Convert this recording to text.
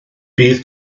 bydd